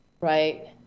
Right